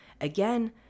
Again